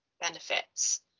benefits